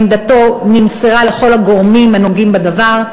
עמדתו נמסרה לכל הגורמים הנוגעים בדבר.